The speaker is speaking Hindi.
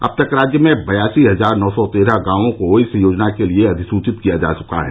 अब तक राज्य में बयासी हजार नौ सौ तेरह गांवों को इस योजना के लिए अधिसूचित किया जा चुका है